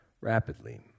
Rapidly